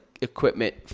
equipment